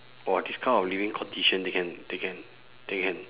!wah! this kind of living condition they can they can they can